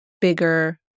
bigger